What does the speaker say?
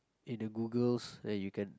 in a google that you can